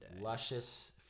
Luscious